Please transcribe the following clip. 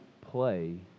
play